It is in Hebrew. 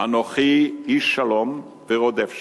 "אנוכי איש שלום ורודף שלום,